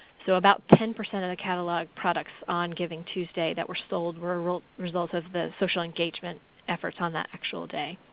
so about ten percent of the catalog products on givingtuesday that were sold were a result of the social engagement efforts on that actual day.